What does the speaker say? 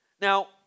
Now